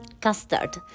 custard